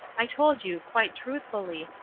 i told you, quite truthfully,